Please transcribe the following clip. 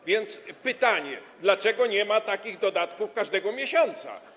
A więc pytanie: Dlaczego nie ma takich dodatków każdego miesiąca?